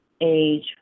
age